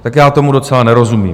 Tak já tomu docela nerozumím.